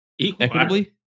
equitably